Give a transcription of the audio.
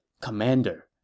Commander